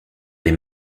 les